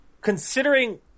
Considering